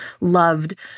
loved